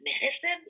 medicine